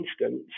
instance